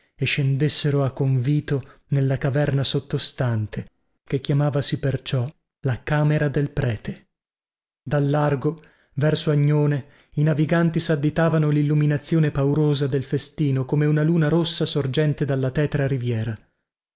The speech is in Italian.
e scendessero a convito nella caverna sottostante che chiamavasi per ciò la camera del prete dal largo verso agnone i naviganti sadditavano lilluminazione paurosa del festino come una luna rossa sorgente dalla tetra riviera